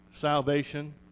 salvation